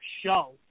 show